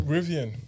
Rivian